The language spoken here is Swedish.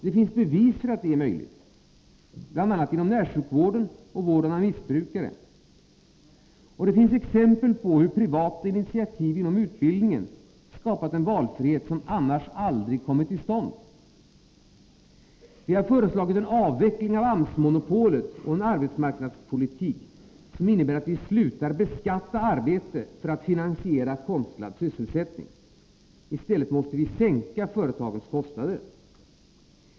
Det finns bevis för att detta är möjligt, bl.a. inom närsjukvården och vården av missbrukare, och det finns exempel på hur privata initiativ inom utbildningen skapat en valfrihet som annars aldrig kommit till stånd. Vi har föreslagit en avveckling av AMS-monopolet och en arbetsmarknadspolitik som innebär att vi slutar beskatta arbete för att finansiera konstlad sysselsättning. I stället måste vi sänka företagens kostnader.